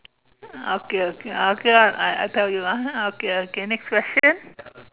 okay okay okay lor I I tell you ah okay okay next question